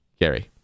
Gary